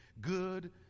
good